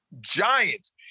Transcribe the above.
Giants